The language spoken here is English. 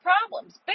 problems